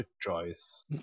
choice